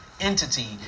entity